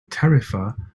tarifa